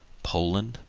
poland,